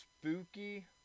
Spooky